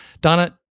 Donna